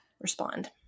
respond